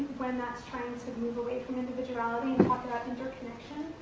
when that's trying to move away from individuality and talk about interconnection,